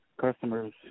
customers